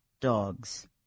dogs